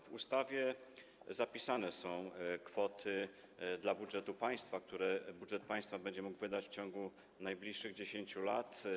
W ustawie zapisane są kwoty dla budżetu państwa, które budżet państwa będzie mógł wydać w ciągu najbliższych 10 lat.